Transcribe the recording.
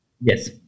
Yes